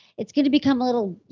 it's going to become a little.